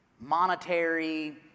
monetary